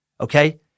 okay